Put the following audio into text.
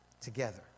together